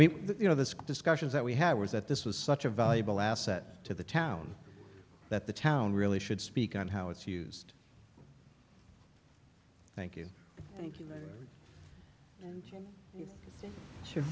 mean you know the discussions that we had was that this was such a valuable asset to the town that the town really should speak on how it's used thank you thank you